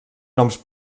noms